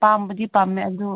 ꯄꯥꯝꯕꯨꯗꯤ ꯄꯥꯝꯃꯦ ꯑꯗꯨ